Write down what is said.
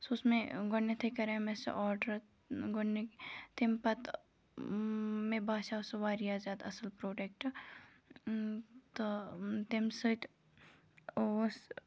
سُہ اوس مےٚ گۄڈنٮ۪تھٕے کَرے مےٚ سُہ آرڈر گۄڈنیُک تمہِ پَتہٕ مےٚ باسیو سُہ واریاہ زیادٕ اَصٕل پرٛوڈَکٹ تہٕ تمہِ سۭتۍ اوس